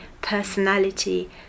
personality